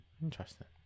Interesting